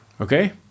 Okay